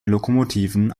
lokomotiven